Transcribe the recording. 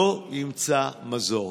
לא ימצא מזור.